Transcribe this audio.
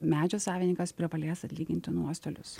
medžio savininkas privalės atlyginti nuostolius